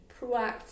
proactive